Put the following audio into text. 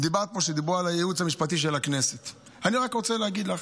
עם אנשים מתוכם שאמרו לי,